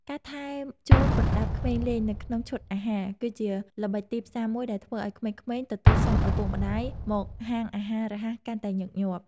ការថែមជូនប្រដាប់ក្មេងលេងនៅក្នុងឈុតអាហារ គឺជាល្បិចទីផ្សារមួយដែលធ្វើឲ្យក្មេងៗទទូចសុំឪពុកម្តាយមកហាងអាហាររហ័សកាន់តែញឹកញាប់។